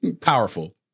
powerful